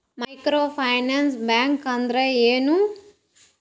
Micro finance bank ಅಂದ್ರ ಏನು?